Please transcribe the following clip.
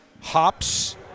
hops